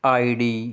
ID